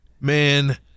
Man